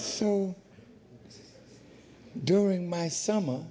so during my summer